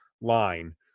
line